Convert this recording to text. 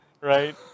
right